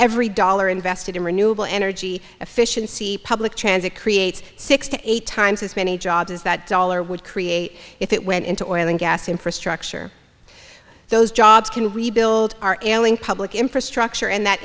every dollar invested in renewable energy efficiency public transit creates six to eight times as many jobs as that dollar would create if it went into oil and gas infrastructure those jobs can rebuild our ailing public infrastructure and that